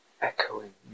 echoing